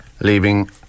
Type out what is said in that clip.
leaving